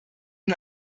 nun